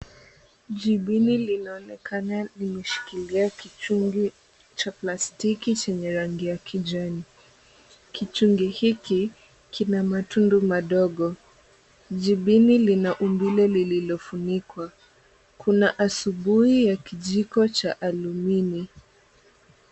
Jibili linaonekana limeshikilia kichungi cha plastiki chenye rangi ya kijani, kichungi hiki, kina matundu madogo, jibili lina umbile lililofunikwa, kuna asubuhi ya kijiko cha alumini.